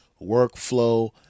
workflow